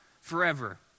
forever